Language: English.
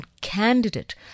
candidate